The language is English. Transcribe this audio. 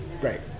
great